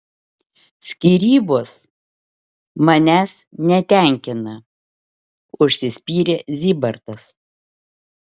skyrybos manęs netenkina užsispyrė zybartas